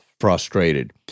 frustrated